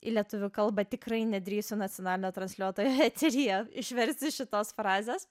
į lietuvių kalbą tikrai nedrįso nacionalinio transliuotojo eteryje išversti šitos frazės